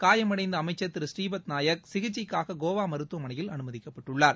காயமடைந்த அமைச்சர் திரு ஸ்ரீபத் நாயக் சிகிச்சைக்காக கோவா மருத்துவமனையில் அனுமதிக்கப்பட்டுள்ளார்